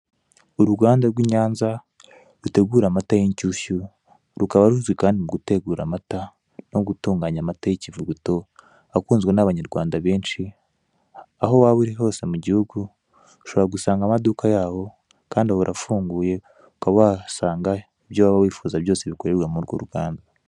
Uruganda rw'i Nyanza rutegura amata y'inshyushyu, rukaba ruzwi kandi mu gutegura amata no gutunganya amata y'ikivuguto; akunzwe n'Abanyarwanda benshi. Aho waba uri hose mu gihugu ushobora gusanga amaduka yabo ahora afunguye, ukaba wasanga ibyo waba wifuza byose bikorerwa muri urwo ruganda.